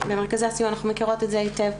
ובמרכזי הסיוע אנחנו מכירות את זה היטב,